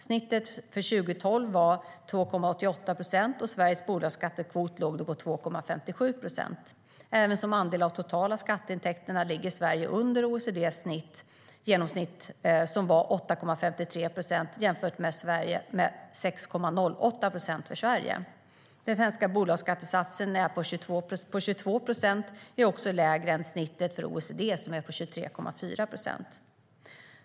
Snittet för 2012 var 2,88 procent, och Sveriges bolagsskattekvot låg då på 2,57 procent. Även som andel av de totala skatteintäkterna ligger Sverige under OECD:s genomsnitt, som var 8,53 procent jämfört med 6,08 procent för Sverige. Den svenska bolagsskattesatsen på 22 procent är också lägre än snittet för OECD, som är på 23,4 procent.